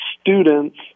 students